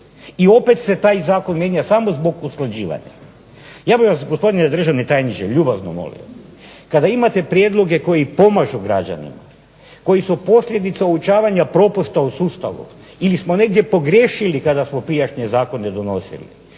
I opet se taj zakon mijenja samo zbog usklađivanja. Ja bih vas gospodine državni tajniče ljubazno molio, kada imate prijedloge koji pomažu građanima, koji su posljedica uočavanja propusta u sustavu ili smo negdje pogriješili kada smo prijašnje zakone donosili,